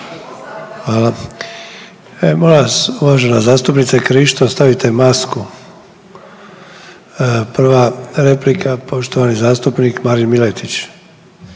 Hvala. Molim vas uvažena zastupnice Krišto stavite masku. Prva replika poštovani zastupnik Marin Miletić.